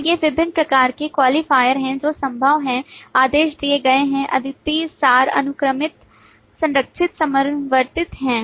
और ये विभिन्न प्रकार के क्वालिफायर हैं जो संभव हैं आदेश दिए गए हैं अद्वितीय सार अनुक्रमिक संरक्षित समवर्ती हैं